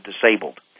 disabled